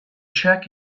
check